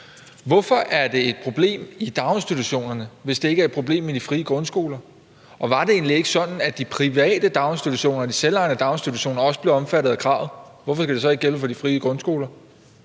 Hvorfor er det et problem i daginstitutionerne, hvis det ikke er et problem i de frie grundskoler? Og var det egentlig ikke sådan, at de private daginstitutioner, de selvejende daginstitutioner, også blev omfattet af kravet? Hvorfor skal det så ikke gælde for de frie grundskoler?